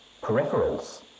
Peripherals